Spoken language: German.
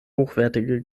hochwertige